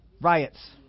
riots